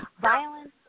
violence